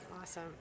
Awesome